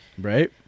right